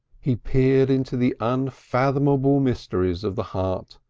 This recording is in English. he peered into the unfathomable mysteries of the heart,